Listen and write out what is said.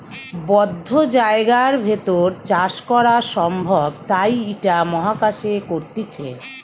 বদ্ধ জায়গার ভেতর চাষ করা সম্ভব তাই ইটা মহাকাশে করতিছে